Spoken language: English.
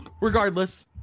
Regardless